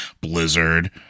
Blizzard